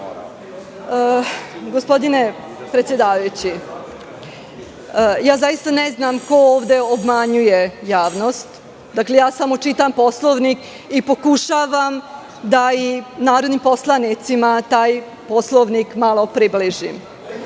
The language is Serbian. Gospodine predsedavajući, zaista ne znam ko ovde obmanjuje javnost, dakle, samo čitam Poslovnik i pokušavam da i narodnim poslanicima taj Poslovnik malo približim. Član